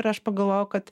ir aš pagalvojau kad